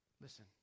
Listen